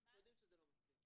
אנחנו יודעים שזה לא מספיק.